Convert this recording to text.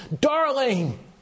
darling